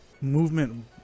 movement